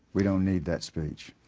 we don't need that speech.